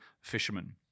fishermen